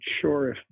sure